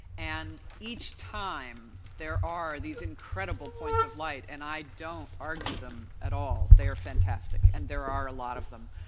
and each time there are these incredible points of light, and i don't argue them at all. they are fantastic, and there are a lot of them.